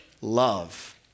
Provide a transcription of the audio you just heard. Love